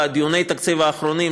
בדיוני התקציב האחרונים,